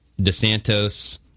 DeSantos